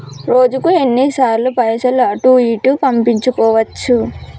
రోజుకు ఎన్ని సార్లు పైసలు అటూ ఇటూ పంపించుకోవచ్చు?